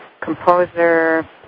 composer